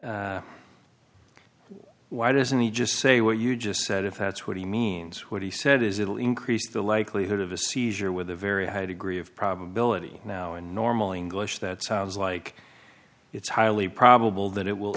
and why doesn't he just say what you just said if that's what he means what he said is it will increase the likelihood of a seizure with a very high degree of probability now a normal english that sounds like it's highly probable that it will